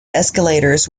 escalators